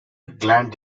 gland